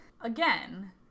again